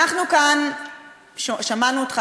אנחנו כאן שמענו אותך,